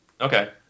Okay